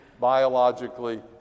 biologically